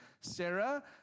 Sarah